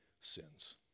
sins